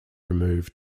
removed